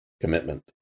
Commitment